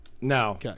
Now